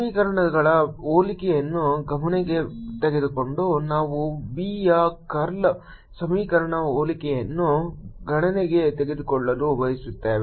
ಸಮೀಕರಣಗಳ ಹೋಲಿಕೆಯನ್ನು ಗಣನೆಗೆ ತೆಗೆದುಕೊಂಡು ನಾವು B ಯ ಕರ್ಲ್ನ ಸಮೀಕರಣಗಳ ಹೋಲಿಕೆಯನ್ನು ಗಣನೆಗೆ ತೆಗೆದುಕೊಳ್ಳಲು ಬಯಸುತ್ತೇವೆ